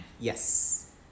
yes